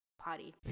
party